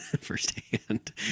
firsthand